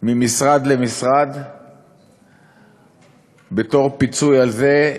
ממשרד למשרד בתור פיצוי על זה,